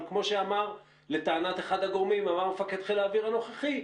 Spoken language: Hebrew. אבל כמו שאמר מפקד חיל האוויר הנוכחי,